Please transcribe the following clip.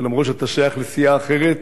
שלמרות שאתה שייך לסיעה אחרת,